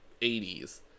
80s